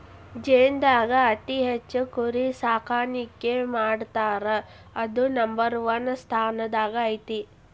ಚೇನಾದಾಗ ಅತಿ ಹೆಚ್ಚ್ ಕುರಿ ಸಾಕಾಣಿಕೆ ಮಾಡ್ತಾರಾ ಅದು ನಂಬರ್ ಒನ್ ಸ್ಥಾನದಾಗ ಐತಿ